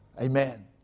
Amen